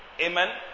Amen